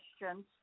questions